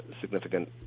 significant